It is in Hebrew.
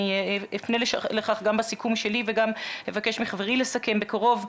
אני אפנה לכך גם בסיכום שלי וגם אבקש מחברי לסכם בקרוב.